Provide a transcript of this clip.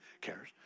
cares